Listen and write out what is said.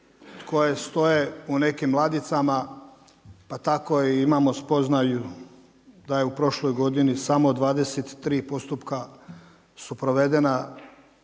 koje stoje u nekim ladicama pa tako imamo spoznaju da je u prošloj godini samo 23 postupka su provedena